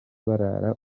barara